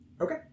Okay